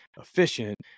efficient